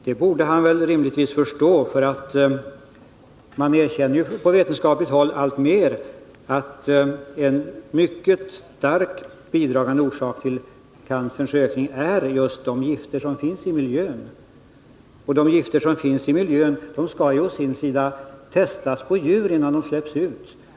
Det borde han rimligtvis förstå, för man erkänner på vetenskapligt håll alltmer att en starkt bidragande orsak till cancerns ökning är just de gifter som finns i miljön. Och de gifter som finns i miljön skall ju å sin sida testas på djur innan de släpps ut.